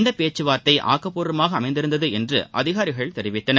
இந்தப் பேச்சுவார்த்தை ஆக்கப்பூர்வமாக அமைந்திருந்தது என்று அதிகாரிகள் தெரிவித்தனர்